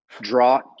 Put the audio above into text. draw